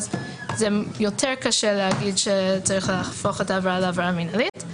זה יותר קשה להגיד שצריך להפוך את העבירה לעבירה מנהלית.